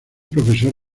profesor